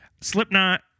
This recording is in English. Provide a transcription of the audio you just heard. Slipknot